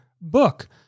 book